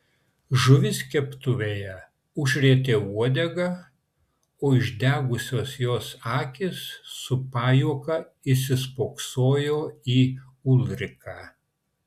žuvis keptuvėje užrietė uodegą o išdegusios jos akys su pajuoka įsispoksojo į ulriką